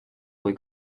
kui